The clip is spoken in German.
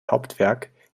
hauptwerk